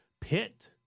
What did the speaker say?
Pitt